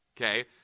okay